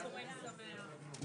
צוהריים טובים,